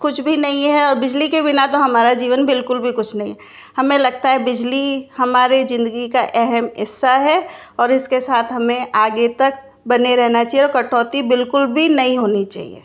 कुछ भी नहीं है और बिजली के बिना तो हमारा जीवन बिल्कुल भी कुछ नहीं है हमें लगता है बिजली हमारे जिंदगी का अहम हिस्सा है और इसके साथ हमें आगे तक बने रहना चाहिए और कटौती बिल्कुल भी नहीं होनी चाहिए